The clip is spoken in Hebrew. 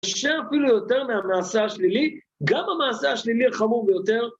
קשה אפילו יותר מהמעשה השלילי, גם מהמעשה השלילי החמור ביותר...